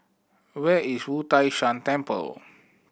where is Wu Tai Shan Temple